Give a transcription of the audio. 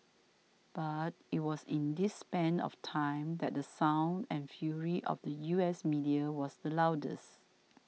but it was in this span of time that the sound and fury of the U S media was the loudest